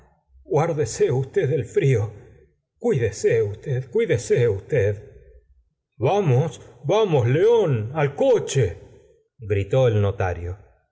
guárdese usted del frío cuídese usted cuídese usted vamos vamos león al coche gritó el notario